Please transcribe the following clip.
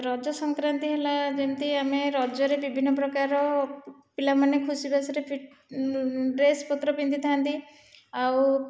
ଆଉ ରଜ ସଂକ୍ରାନ୍ତି ହେଲା ଯେମିତି ଆମେ ରଜରେ ବିଭିନ୍ନ ପ୍ରକାର ପିଲାମାନେ ଖୁସିବାସିରେ ଡ୍ରେସ୍ପତ୍ର ପିନ୍ଧିଥାଆନ୍ତି ଆଉ